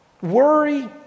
worry